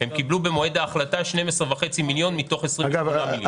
הם קיבלו במועד ההחלטה 12.5 מיליון מתוך 24 מיליון.